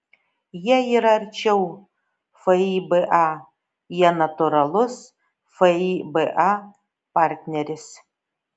jie yra arčiau fiba jie natūralus fiba partneris